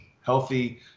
healthy